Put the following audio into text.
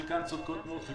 חלקן צודקות, וגם